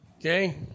Okay